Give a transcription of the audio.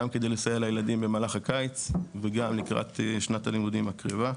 גם כדי לסייע לילדים במהלך הקיץ וגם לקראת שנת הלימודים הקרובה.